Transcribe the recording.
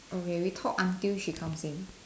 okay we talk until she comes in